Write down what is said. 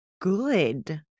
good